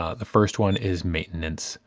ah the first one is maintenance.